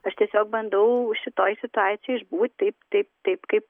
aš tiesiog bandau šitoj situacijoj išbūti taip taip taip kaip